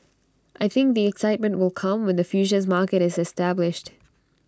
I think the excitement will come when the futures market is established